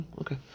Okay